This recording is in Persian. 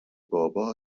بابا